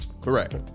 Correct